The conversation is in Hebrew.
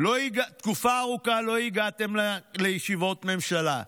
לא הגעתם לישיבות ממשלה,